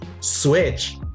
switch